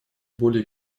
более